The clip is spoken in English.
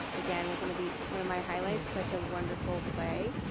again, was gonna be one of my highlights, such a wonderful play.